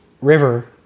river